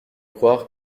croire